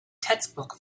textbook